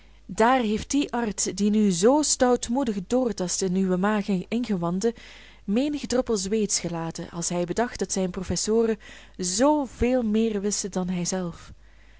daar heeft die arts die nu zoo stoutmoedig doortast in uwe maag en ingewanden menig droppel zweets gelaten als hij bedacht dat zijne professoren zoo veel meer wisten dan hijzelf